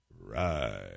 Right